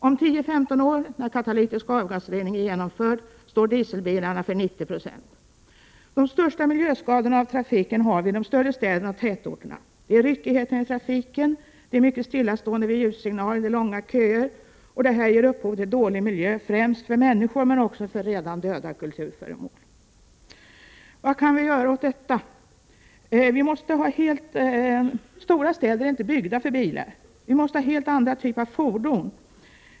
Om 10-15 år, när katalytisk avgasrening är genomförd, står dieseldrivna för 90 96 av utsläppen. De största miljöskadorna på grund av trafiken har vi i de större städerna och tätorterna. Det är ryckigheten i trafiken, det myckna stillaståendet vid ljussignaler och de långa köerna som ger upphov till en dålig miljö — främst för människor, men också för redan döda kulturföremål. Vad kan vi då göra åt detta? Ja, stora städer är inte byggda för bilar. Vi måste därför ha helt andra typer av fordon.